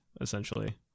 essentially